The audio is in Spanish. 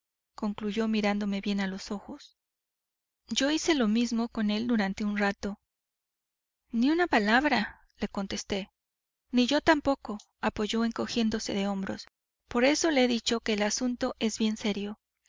concluyó mirándome bien a los ojos yo hice lo mismo con él durante un rato ni una palabra le contesté ni yo tampoco apoyó encogiéndose de hombros por eso le he dicho que el asunto es bien serio